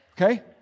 Okay